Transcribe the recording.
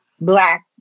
Black